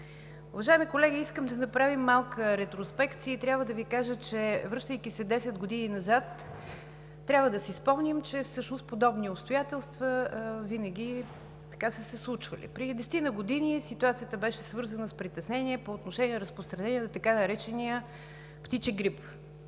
Уважаеми колеги, искам да направим малка ретроспекция, и трябва да Ви кажа, че връщайки се десет години назад, трябва да си спомним, че всъщност подобни обстоятелства винаги са се случвали. Преди десетина години ситуацията беше свързана с притеснение по отношение разпространението на така наречения птичи грип.